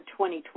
2020